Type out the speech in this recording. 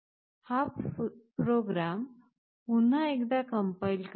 हा प्रोग्रॅम पुन्हा एकदा compile करूया